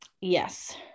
Yes